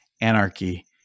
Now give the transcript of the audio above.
Anarchy